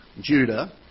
Judah